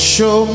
Show